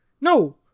No